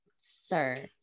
Sir